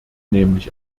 nämlich